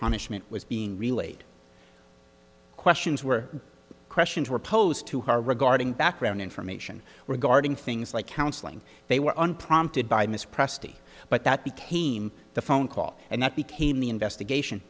punishment was being relayed questions were questions were posed to her regarding background information regarding things like counseling they were unprompted by ms presti but that became the phone call and that became the investigation